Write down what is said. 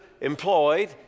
employed